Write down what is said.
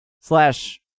slash